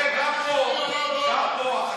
קרן קיימת מימנה את זה?